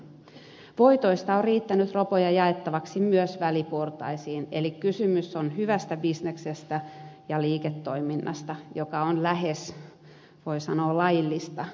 voitoista on riittänyt ropoja jaettavaksi myös väliportaisiin eli kysymys on hyvästä bisneksestä ja liiketoiminnasta joka on lähes voi sanoa laillista kun on mennyt rikkomusten puolelle